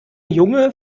junge